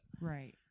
Right